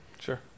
Sure